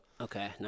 Okay